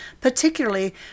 particularly